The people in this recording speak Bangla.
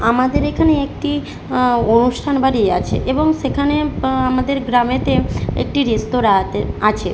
আমাদের এখানে একটি অনুষ্ঠান বাড়ি আছে এবং সেখানে আমাদের গ্রামেতে একটি রেস্তোরাঁ আতে আছে